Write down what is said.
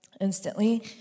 instantly